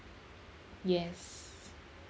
yes